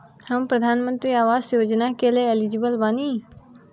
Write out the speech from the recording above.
हम प्रधानमंत्री आवास योजना के लिए एलिजिबल बनी?